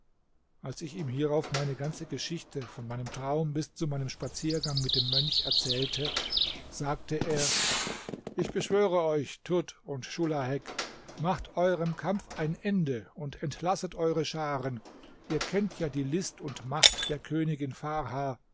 als ich ihm hierauf meine ganze geschichte von meinem traum bis zu meinem spaziergang mit dem mönch erzählte sagte er ich beschwöre euch tud und schulahek macht euerem kampf ein ende und entlasset eure scharen ihr kennt ja die list und macht der königin farha